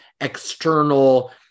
external